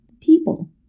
people